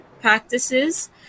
practices